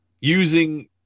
using